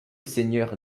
seigneur